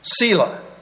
Selah